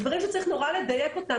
זה דברים שצריך לדייק אותם.